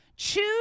Choose